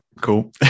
cool